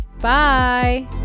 Bye